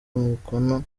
umukono